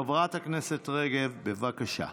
חברת הכנסת מירי רגב, בבקשה.